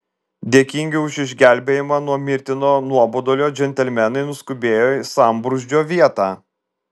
dėkingi už išgelbėjimą nuo mirtino nuobodulio džentelmenai nuskubėjo į sambrūzdžio vietą